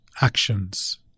actions